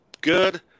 good